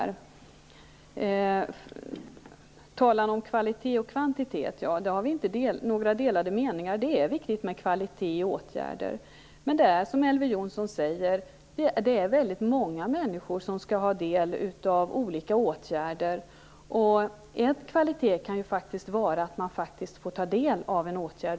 I frågan om kvalitet och kvantitet har vi inte några delade meningar. Det är viktigt med kvalitet i åtgärderna. Men det är, som Elver Jonsson säger, väldigt många människor som skall ha del av olika åtgärder. En kvalitet kan vara just att man över huvud taget får ta del av en åtgärd.